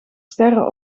sterren